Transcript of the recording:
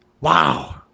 Wow